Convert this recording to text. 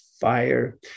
fire